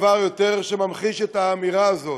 ואין אולי דבר שממחיש יותר את האמירה הזאת